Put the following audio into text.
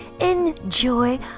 Enjoy